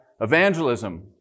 evangelism